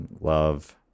love